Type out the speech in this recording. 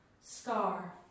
Scar